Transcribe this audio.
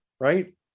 Right